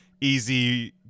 easy